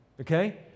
Okay